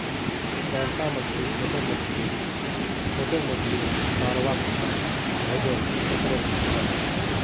बड़का मछली छोटो मछलीक, छोटो मछली लार्वाक खाएं भोजन चक्रोक चलः